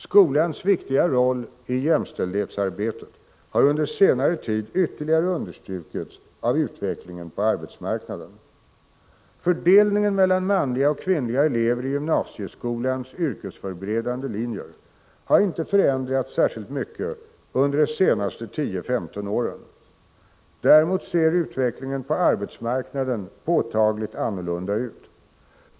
Skolans viktiga roll i jämställdhetsarbetet har under senare tid ytterligare understrukits av utvecklingen på arbetsmarknaden. Fördelningen mellan manliga och kvinnliga elever i gymnasieskolans yrkesförberedande linjer har inte förändrats särskilt mycket under de senaste 10-15 åren. Däremot ser utvecklingen på arbetsmarknaden påtagligt annorlunda ut.